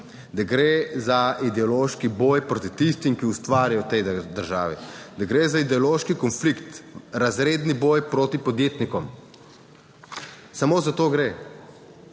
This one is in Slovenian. -, gre za ideološki boj proti tistim, ki ustvarjajo v tej državi. Da gre za ideološki konflikt, razredni boj proti podjetnikom. Samo za to gre.